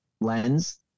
lens